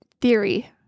theory